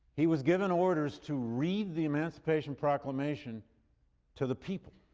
he was given orders to read the emancipation proclamation to the people,